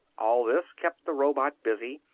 all this kept the robot busy,